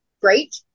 great